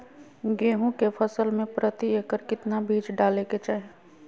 गेहूं के फसल में प्रति एकड़ कितना बीज डाले के चाहि?